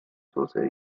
توسعه